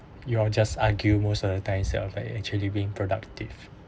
you'll just argue most of the time instead of like actually being productive